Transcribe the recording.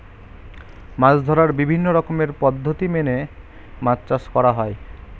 মাছ ধরার বিভিন্ন রকমের পদ্ধতি মেনে মাছ চাষ করা হয়